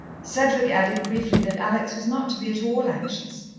cedric added briefly that alex was not to be at all anxious.